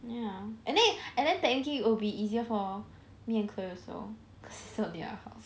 ya and then and then technically it'll be easier for me and chloe also so near our house